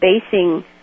basing